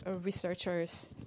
researchers